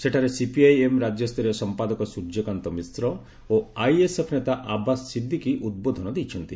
ସେଠାରେ ସିପିଆଇଏମ୍ ରାଜ୍ୟ ସ୍ତରୀୟ ସମ୍ପାଦକ ସ୍ୱର୍ଯ୍ୟକାନ୍ତ ମିଶ୍ର ଓ ଆଇଏସ୍ଏଫ୍ ନେତା ଆବାସ୍ ସିଦ୍ଦିକି ଉଦ୍ବୋଧନ ଦେଇଛନ୍ତି